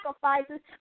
sacrifices